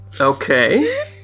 Okay